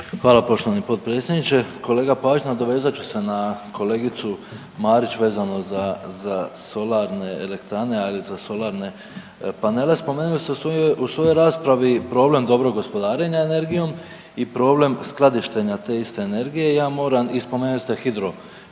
Hvala poštovani potpredsjedniče. Kolega Pavić, nadovezat ću se na kolegicu Marić vezano za, za solarne elektrane, ali i za solarne panele. Spomenuli ste u svojoj raspravi problem dobrog gospodarenja energijom i problem skladištenja te iste energije. Ja moram, i spomenuli ste hidro,